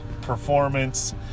performance